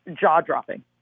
jaw-dropping